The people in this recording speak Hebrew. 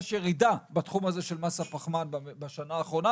שיש ירידה בתחום הזה של מס הפחמן בשנה האחרונה,